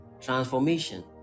Transformation